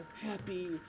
happy